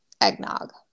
Eggnog